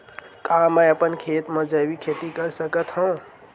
का मैं अपन खेत म जैविक खेती कर सकत हंव?